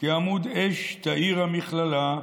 כעמוד אש תאיר המכללה,